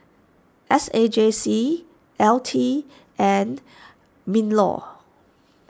S A J C L T and MinLaw